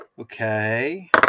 Okay